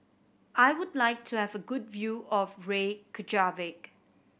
I would like to have a good view of Reykjavik